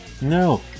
No